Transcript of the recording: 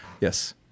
Yes